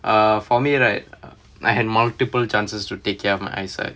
uh for me right I had multiple chances to take care of my eyesight